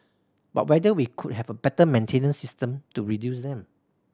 but whether we could have a better maintenance system to reduce them